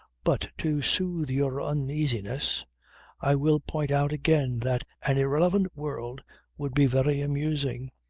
but to soothe your uneasiness i will point out again that an irrelevant world would be very amusing,